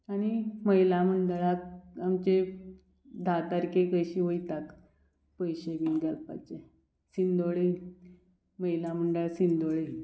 आनी महिला मंडळाक आमचे धा तारखेक अशी वयता पयशे बीन घालपाचे सिंदोळी महिला मंडळ सिंदोळी